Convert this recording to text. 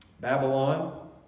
Babylon